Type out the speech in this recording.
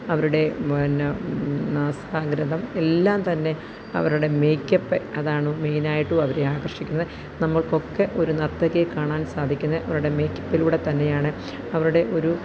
അവരുടെ പിന്നെ നാസാഗ്രം എല്ലാം തന്നെ അവരുടെ മേക്കപ്പ് അതാണ് മെയിന് ആയിട്ടും അവരെ ആകര്ഷിക്കുന്നത് നമ്മള്ക്കൊക്കെ ഒരു നര്ത്തകിയെ കാണാന് സാധിക്കുന്നത് അവരുടെ മേക്കപ്പിലൂടെ തന്നെയാണ് അവരുടെ ഒരു